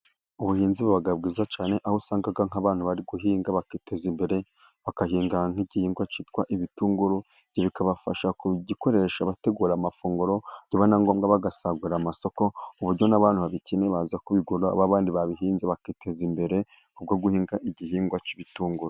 Ubuhinzi buba bwiza cyane ,aho usanga nk'abantu bari guhinga bakiteza imbere ,bagahinga nk'igihingwa cyitwa ibitunguru, ibyo bikabafasha kugikoresha bategura amafunguro, byaba na ngombwa bagasagurira amasoko ku buryo n'abantu babikeneye baza kubigura, abandi babihinze bakiteza imbere, kubwo guhinga igihingwa cy'ibitunguru.